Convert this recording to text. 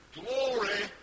glory